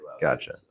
Gotcha